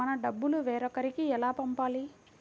మన డబ్బులు వేరొకరికి ఎలా పంపాలి?